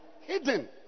hidden